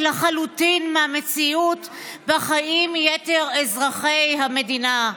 לחלוטין מהמציאות שבה חיים יתר אזרחי המדינה.